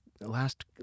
last